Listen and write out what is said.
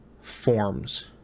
forms